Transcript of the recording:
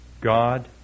God